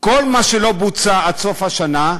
כל מה שלא בוצע עד סוף השנה,